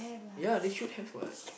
ya they should have what